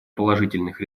положительных